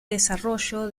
desarrollo